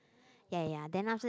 ya ya ya then after that